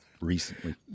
Recently